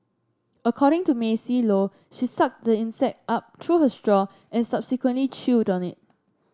according to Maisie Low she sucked the insect up through her straw and subsequently chewed on it